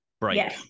break